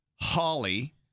Holly